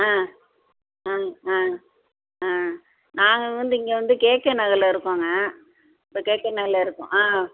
ஆ ஆ ஆ ஆ நாங்கள் வந்து இங்கே வந்து கே கே நகரில் இருக்கோங்க இப்போ கே கே நகரில் இருக்கோம் ஆ